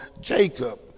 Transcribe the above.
Jacob